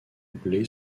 blé